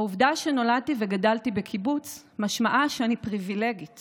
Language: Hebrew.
העובדה שנולדתי וגדלתי בקיבוץ משמעה שאני פריבילגית